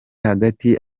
hagati